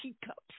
teacups